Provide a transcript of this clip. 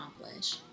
accomplish